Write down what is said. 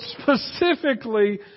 specifically